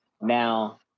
Now